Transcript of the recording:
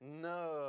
no